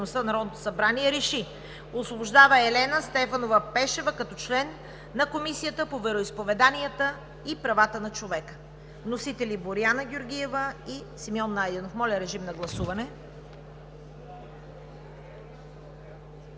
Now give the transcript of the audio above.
Народното събрание РЕШИ: Освобождава Елена Стефанова Пешева като член на Комисията по вероизповеданията и правата на човека.“ Вносители – народните представители Боряна Георгиева и Симеон Найденов. Моля, режим на гласуване.